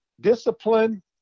discipline